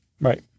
Right